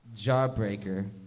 jawbreaker